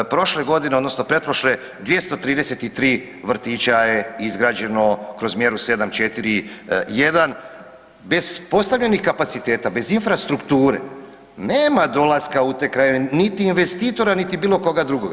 Prošle godine odnosno pretprošle 233 vrtića je izgrađeno kroz mjeru 7.4.1. bez postavljenih kapaciteta, bez infrastrukture nema dolaska u te krajeve niti investitora niti bilo koga drugoga.